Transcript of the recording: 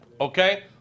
okay